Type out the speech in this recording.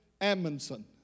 Amundsen